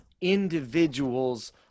individuals